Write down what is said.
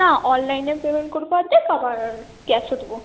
না অনলাইনে পেমেন্ট করবো অর্ধেক আবার ক্যাশও দেবো